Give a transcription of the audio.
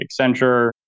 Accenture